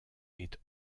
est